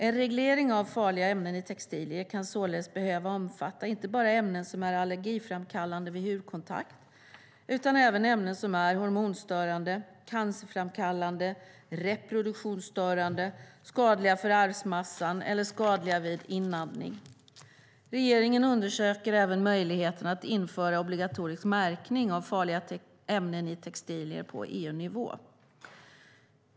En reglering av farliga ämnen i textilier kan således behöva omfatta inte bara ämnen som är allergiframkallande vid hudkontakt utan även ämnen som är hormonstörande, cancerframkallande, reproduktionsstörande, skadliga för arvsmassan eller skadliga vid inandning. Regeringen undersöker även möjligheterna att införa obligatorisk märkning av farliga ämnen i textilier på EU-nivå.